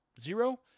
Zero